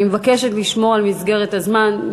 אני מבקשת לשמור על מסגרת הזמן,